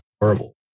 horrible